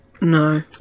No